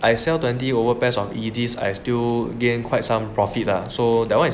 I sell twenty over pairs of easy I still gained quite some profit lah so that one